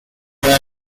برای